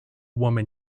woman